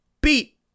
beat